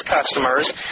customers